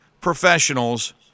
professionals